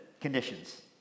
conditions